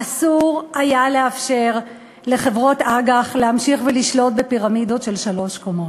אסור היה לאפשר לחברות אג"ח להמשיך ולשלוט בפירמידות של שלוש קומות.